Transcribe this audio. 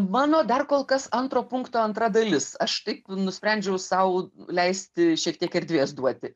mano dar kol kas antro punkto antra dalis aš taip nusprendžiau sau leisti šiek tiek erdvės duoti